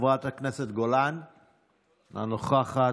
חברת הכנסת גולן, אינה נוכחת.